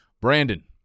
Brandon